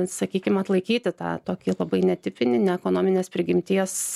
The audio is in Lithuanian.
sakykim atlaikyti tą tokį labai netipinį ne ekonominės prigimties